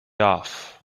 off